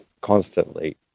constantly